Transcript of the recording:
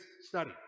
study